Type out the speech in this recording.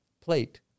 plate